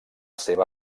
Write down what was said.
seva